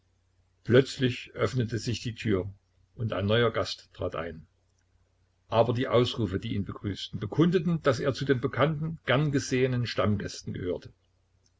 plötzlich öffnete sich die tür und ein neuer gast trat ein aber die ausrufe die ihn begrüßten bekundeten daß er zu den bekannten gern gesehenen stammgästen gehörte